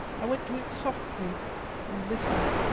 i went to it softly and listened.